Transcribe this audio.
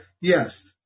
yes